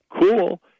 cool